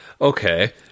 Okay